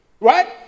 Right